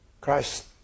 Christ